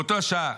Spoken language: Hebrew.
"באותה השעה,